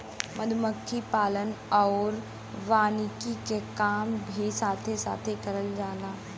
मधुमक्खी पालन आउर वानिकी के काम भी साथे साथे करल जाला